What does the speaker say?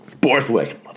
Borthwick